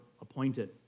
appointed